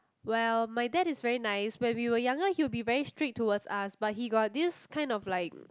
well my dad is very nice when we were younger he will be very strict towards us but he got this kind of like